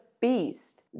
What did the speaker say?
beast